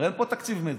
הרי אין פה תקציב מדינה,